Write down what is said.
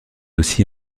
aussi